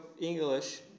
English